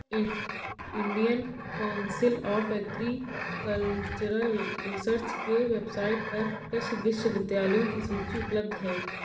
Indian council of agricultural research के website पर कृषि विश्वविद्यालयों की सूची उपलब्ध है